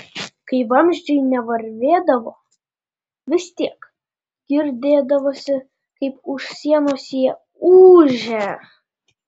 kai vamzdžiai nevarvėdavo vis tiek girdėdavosi kaip už sienos jie ūžia